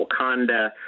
Wakanda